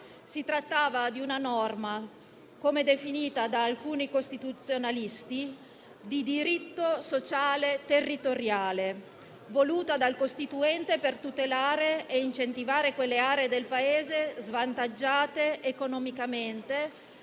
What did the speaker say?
Si trattava di una norma definita da alcuni costituzionalisti di diritto sociale territoriale, voluta dal Costituente per tutelare e incentivare le aree del Paese svantaggiate economicamente